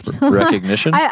Recognition